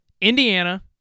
Indiana